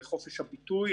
לחופש הביטוי,